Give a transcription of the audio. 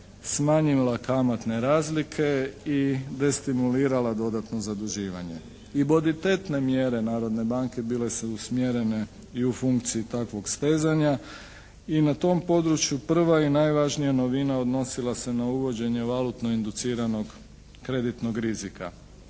smanjila kamatne razlike i destimulirala dodatno zaduživanje. I bonitetne mjere Narodne banke bile su usmjerene i u funkciji takvog stezanja i na tom području prva i najvažnija novina odnosila se na uvođenje valutno induciranog kreditnog rizika.